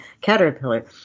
Caterpillar